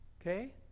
okay